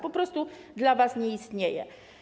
Po prostu ono dla was nie istnieje.